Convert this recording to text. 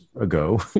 ago